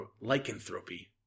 lycanthropy